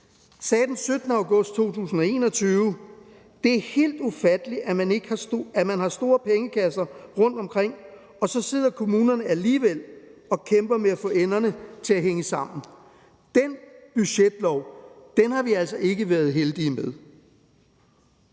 sagde den 17. august 2021: »Det er helt ufatteligt, at man har store pengekasser rundt omkring, og så sidder kommunerne alligevel og kæmper med at få enderne til at hænge sammen. Den budgetlov den har vi altså ikke været heldige med«.